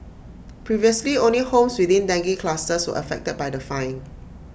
previously only homes within dengue clusters were affected by the fine